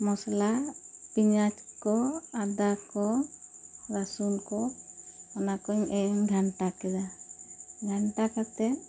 ᱢᱟᱥᱞᱟ ᱯᱮᱭᱟᱸᱡᱽ ᱠᱚ ᱟᱫᱟ ᱠᱚ ᱨᱟᱹᱥᱩᱱ ᱠᱚ ᱚᱱᱟ ᱠᱚᱧ ᱮᱢ ᱜᱷᱟᱱᱴᱟ ᱠᱮᱫᱟ ᱜᱷᱟᱱᱴᱟ ᱠᱟᱛᱮ